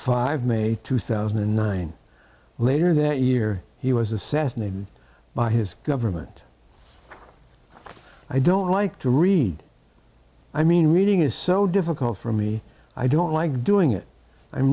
five may two thousand and nine later that year he was assassinated by his government i don't like to read i mean reading is so difficult for me i don't like doing it i'm